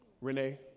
Renee